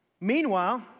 Meanwhile